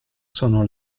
sono